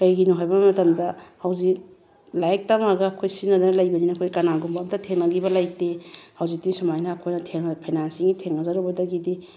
ꯀꯩꯒꯤꯅꯣ ꯍꯥꯏꯕ ꯃꯇꯝꯗ ꯍꯧꯖꯤꯛ ꯂꯥꯏꯔꯤꯛ ꯇꯝꯃꯒ ꯑꯩꯈꯣꯏ ꯁꯤꯖꯤꯟꯅꯗꯅ ꯂꯩꯕꯅꯤꯅ ꯑꯩꯈꯣꯏ ꯀꯅꯥꯒꯨꯝꯕ ꯑꯃꯇ ꯊꯦꯡꯅꯈꯤꯕ ꯂꯩꯇꯦ ꯍꯧꯖꯤꯛꯇꯤ ꯁꯨꯃꯥꯏꯅ ꯑꯩꯈꯣꯏꯅ ꯐꯥꯏꯅꯥꯟꯁꯤꯑꯦꯜꯒꯤ ꯊꯦꯡꯅꯖꯔꯨꯕꯗꯒꯤꯗꯤ